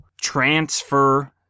transfer